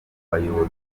bayobozi